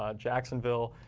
um jacksonville.